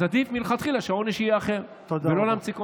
אז עדיף מלכתחילה שהעונש יהיה אחר, תודה.